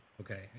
Okay